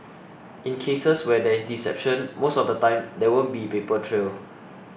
in cases where there is deception most of the time there won't be a paper trail